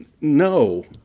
no